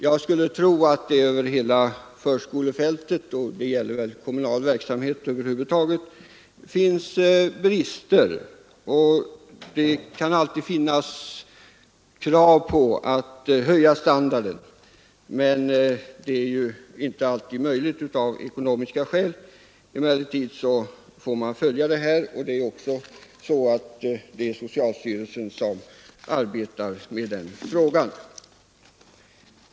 Jag skulle tro att det över hela förskolefältet — det gäller väl kommunal verksamhet över huvud taget — finns brister. Det kan alltid finnas krav på höjd standard. Men av ekonomiska skäl är det inte alltid möjligt att tillfredsställa kraven. Emellertid får man följa detta, och socialstyrelsen arbetar med frågan.